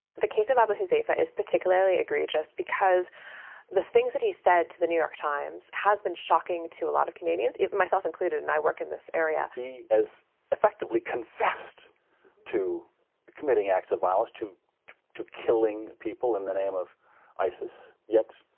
case of abu huzaifa is particularly egregious because the things that he said to the new york times has been shocking to a lot of canadians, myself included, and i work in this area. he has effectively confessed to committing acts of violence, to to killing people in the name of isis. yet,